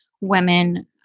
women